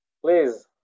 Please